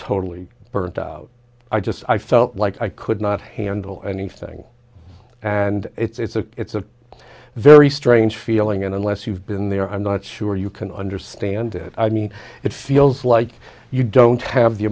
totally burnt out i just i felt like i could not handle anything and it's a it's a very strange feeling and unless you've been there i'm not sure you can understand it i mean it feels like you don't have the